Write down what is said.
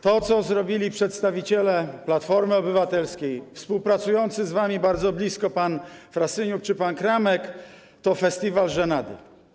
To, co zrobili przedstawiciele Platformy Obywatelskiej, współpracujący z nimi bardzo blisko pan Frasyniuk czy pan Kramek, to festiwal żenady.